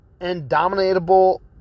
indomitable